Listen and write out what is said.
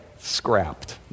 scrapped